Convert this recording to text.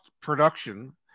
production